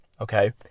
okay